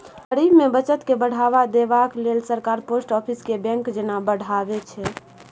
गरीब मे बचत केँ बढ़ावा देबाक लेल सरकार पोस्ट आफिस केँ बैंक जेना बढ़ाबै छै